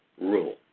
rule